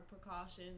precautions